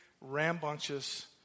rambunctious